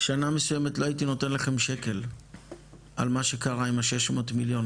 בשנה מסוימת לא הייתי נותן לכם שקל על מה שקרה עם ה-600 מיליון.